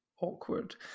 awkward